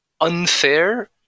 unfair